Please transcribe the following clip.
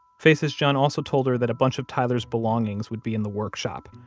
faye says john also told her that a bunch of tyler's belongings would be in the workshop.